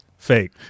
Fake